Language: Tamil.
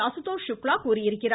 அசுதோஷ் சுக்லா கூறியிருக்கிறார்